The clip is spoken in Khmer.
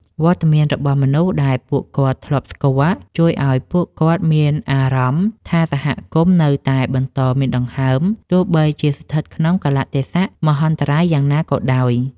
វត្តមានរបស់មនុស្សដែលពួកគាត់ធ្លាប់ស្គាល់ ជួយឱ្យពួកគាត់មានអារម្មណ៍ថាសហគមន៍នៅតែបន្តមានដង្ហើម ទោះបីជាស្ថិតក្នុងកាលៈទេសៈមហន្តរាយយ៉ាងណាក៏ដោយ។